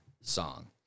song